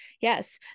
yes